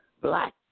black